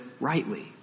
rightly